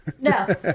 no